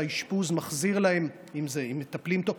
אם מטפלים טוב,